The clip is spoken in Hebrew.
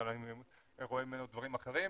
רואה ממנו דברים אחרים,